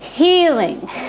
healing